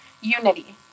unity